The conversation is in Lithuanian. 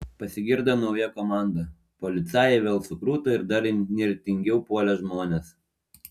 pasigirdo nauja komanda policajai vėl sukruto ir dar nirtingiau puolė žmones